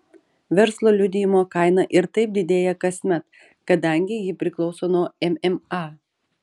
verslo liudijimo kaina ir taip didėja kasmet kadangi ji priklauso nuo mma